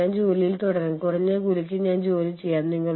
അന്തർദേശീയവും ആഭ്യന്തരവുമായ എച്ച്ആർഎം തമ്മിലുള്ള വ്യത്യാസങ്ങൾ